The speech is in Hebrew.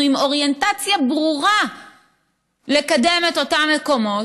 אנחנו עם אוריינטציה ברורה לקדם את אותם מקומות.